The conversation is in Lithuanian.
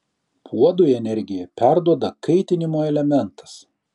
puodui energiją perduoda kaitinimo elementas